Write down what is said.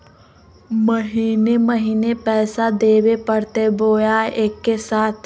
महीने महीने पैसा देवे परते बोया एके साथ?